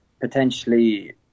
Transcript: potentially